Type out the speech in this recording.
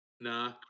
Nah